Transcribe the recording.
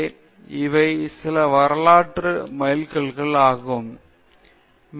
நான் குறிப்பிட்டுள்ளபடி வெளிப்படையான அக்கறை ஆராய்ச்சிக்கான திட்டங்களில் ஈடுபட்டுள்ள மனித சமுதாயங்கள்